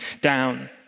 down